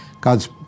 God's